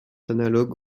analogue